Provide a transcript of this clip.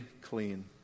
clean